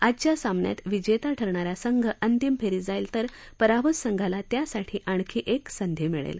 आजच्या सामन्यात विजेता ठरणारा संघ अंतिम फेरीत जाईल तर पराभूत संघाला त्यासाठी आणखी एक संधी मिळेल